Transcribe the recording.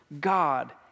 God